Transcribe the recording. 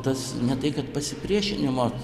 tas ne tai kad pasipriešinimo